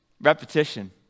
Repetition